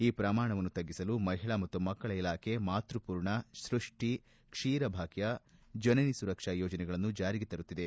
ಈ ಪ್ರಮಾಣವನ್ನು ತಗ್ಗಿಸಲು ಮಹಿಳಾ ಮತ್ತು ಮಕ್ಕಳ ಇಲಾಖೆ ಮಾತ್ಯಮೂರ್ಣ ಸೃಷ್ಟಿ ಕ್ಷೀರಭಾಗ್ಯ ಜನನಿ ಸುರಕ್ಷಾ ಯೋಜನೆಯನ್ನು ಜಾರಿಗೆ ತರುತ್ತದೆ